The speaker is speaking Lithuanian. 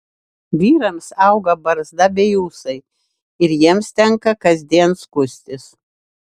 vyrams auga barzda bei ūsai ir jiems tenka kasdien skustis